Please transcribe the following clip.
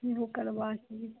ओकरबाद